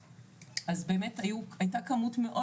אז באמת הייתה כמות מאוד,